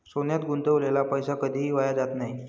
सोन्यात गुंतवलेला पैसा कधीही वाया जात नाही